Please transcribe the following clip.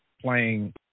playing